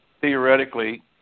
theoretically